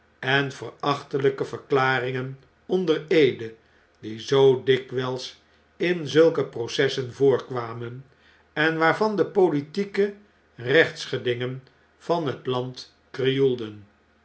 en verachteljjke verklaringen onder eede die zoo dikwjjls in zulke processen voorkwamen en waarvan de politieke rechtsgedingen van het land krioelden